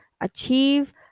achieve